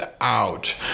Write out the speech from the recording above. out